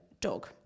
dog